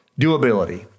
doability